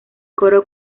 coro